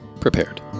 prepared